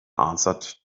answered